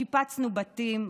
שיפצנו בתים,